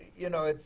you know,